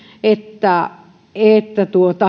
että että